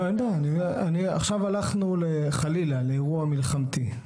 לא אין בעיה, עכשיו הלכנו חלילה לאירוע מלחמתי.